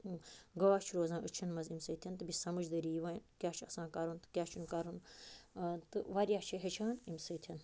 گاش چھُ روزان أچھَن منٛز اَمہِ سۭتٮ۪ن تہٕ بیٚیہِ چھِ سَمجدٲری یِوان کیٛاہ چھُ آسان کَرُن تہٕ کیٛاہ چھُنہٕ کَرُن آ تہٕ واریاہ چھِ ہیٚچھان اَمہِ سۭتٮ۪ن